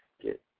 Get